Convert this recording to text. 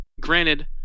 granted